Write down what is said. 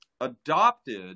adopted